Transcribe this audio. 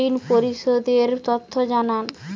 ঋন পরিশোধ এর তথ্য জানান